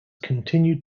continued